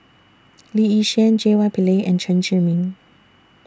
Lee Yi Shyan J Y Pillay and Chen Zhiming